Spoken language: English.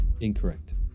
Incorrect